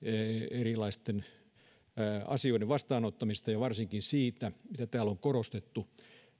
erilaisten asioiden vastaanottamisesta ja varsinkin siitä mitä täällä on korostettu